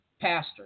pastor